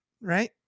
right